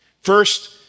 First